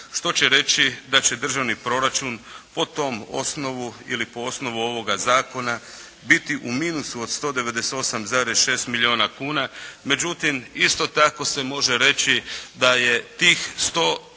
što će reći da će državni proračun po tom osnovu ili po osnovu ovoga zakona biti u minusu od 198,6 milijuna kuna. Međutim isto tako se može reći da je tih 100, koliko?